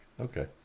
Okay